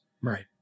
Right